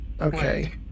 Okay